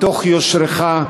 מתוך יושרך,